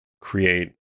create